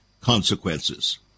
consequences